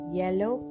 yellow